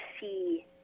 see